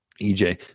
EJ